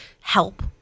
help